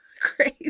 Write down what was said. Crazy